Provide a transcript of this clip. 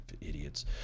idiots